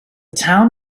town